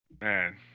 Man